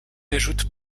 ajoute